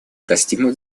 достигнут